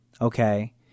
okay